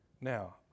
Now